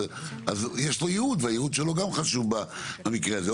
אז יש לו יעוד והייעוד שלו גם חשוב במקרה הזה.